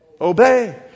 obey